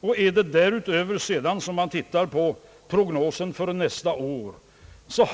Ser man sedan därutöver på prognosen för nästa år —